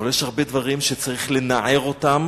אבל יש הרבה דברים שצריך לנער אותם